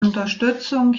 unterstützung